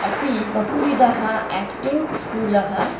अपि बहुविधः आक्टिङ्ग् स्कूलः